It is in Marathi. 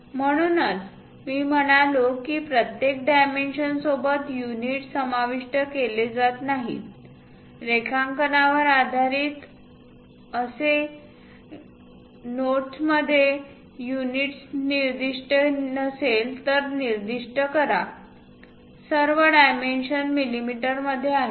म्हणूनच मी म्हणालो की प्रत्येक डायमेन्शन सोबत युनिट समाविष्ट केले जात नाहीत रेखांकनावर आधारित अस गीतालेल्या नोटमध्ये युनिट्स निर्दिष्ट नसेल तर निर्दिष्ट करा सर्व डायमेन्शन मिमीमध्ये आहेत